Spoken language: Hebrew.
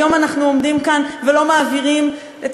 היום אנחנו עומדים כאן ולא מעבירים את